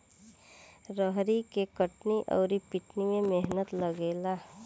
रहरी के कटनी अउर पिटानी में मेहनत लागेला